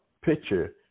picture